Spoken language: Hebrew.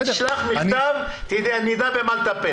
שלח מכתב, אני אדע במה לטפל.